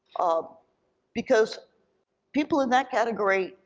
um because people in that category,